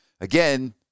Again